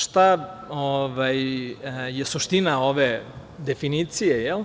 Šta je suština ove definicije?